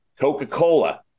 coca-cola